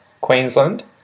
Queensland